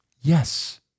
Yes